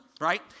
right